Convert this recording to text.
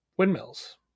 Windmills